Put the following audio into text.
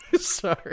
Sorry